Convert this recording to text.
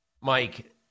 Mike